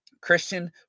Christian